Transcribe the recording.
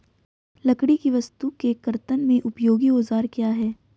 लकड़ी की वस्तु के कर्तन में उपयोगी औजार क्या हैं?